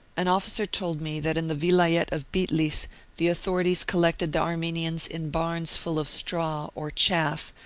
an officer told me that in the vilayet of bitlis the authorities collected the ar menians in barns full of, straw or chaff,